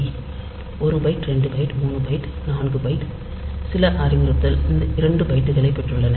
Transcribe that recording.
1 byte 2 byte 3 byte 4 byte சில அறிவுறுத்தல் இரண்டு பைட்டுகளைப் பெற்றுள்ளன